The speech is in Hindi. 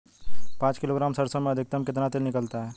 पाँच किलोग्राम सरसों में अधिकतम कितना तेल निकलता है?